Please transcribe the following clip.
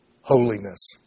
holiness